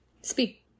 Speak